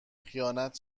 خیانت